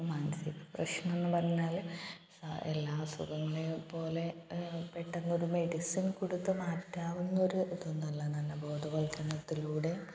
മാനസിക പ്രശ്നമെന്ന് പറഞ്ഞാല് എല്ലാ അസുഖങ്ങളെയും പോലെ പെട്ടെന്നൊരു മെഡിസിൻ കൊടുത്ത് മാറ്റാവുന്ന ഒര് ഇതൊന്നുവല്ല നല്ല ബോധവൽക്കരണത്തിലൂടെ